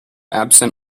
absent